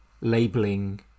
labeling